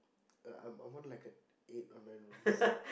uh I'm I want like a eight in my rooms